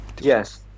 Yes